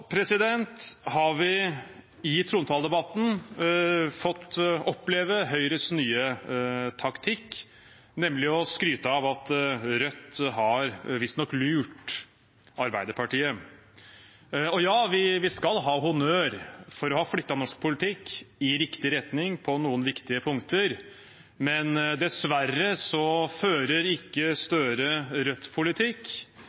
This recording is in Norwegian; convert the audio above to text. Vi har i trontaledebatten fått oppleve Høyres nye taktikk, nemlig å skryte av at Rødt visstnok har lurt Arbeiderpartiet. Ja, vi skal ha honnør for å ha flyttet norsk politikk i riktig retning på noen viktige punkter, men dessverre fører ikke